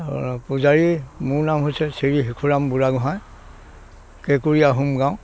পূজাৰী মোৰ নাম হৈছে শ্ৰী শিশুৰাম বুঢ়াগোহাঁই কেঁকুৰি আহোম গাঁও